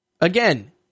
Again